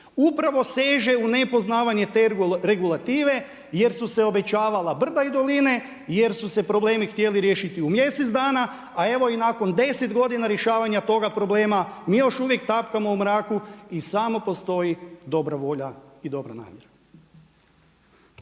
upravo seže u nepoznavanje te regulative jer su se obećavala brda i doline, jer su se problemi htjeli riješiti u mjesec dana. A evo i nakon 10 godina rješavanja toga problema mi još uvijek tapkamo u mraku i samo postoji dobra volja i dobra namjera.